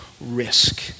risk